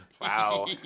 Wow